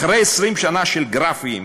אחרי 20 שנה של גרפים,